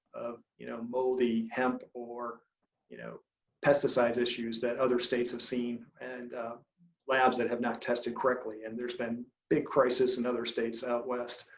you know moldy hemp or you know pesticides issues that other states have seen and labs that have not tested correctly. and there's been big crisis in and other states out west.